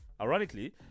Ironically